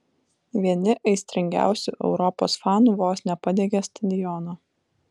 vieni aistringiausių europos fanų vos nepadegė stadiono